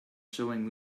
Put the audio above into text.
showing